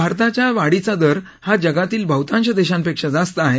भारताच्या वाढीचा दर हा जगातील बहुतांश देशांपेक्षा जास्त आहे